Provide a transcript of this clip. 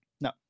No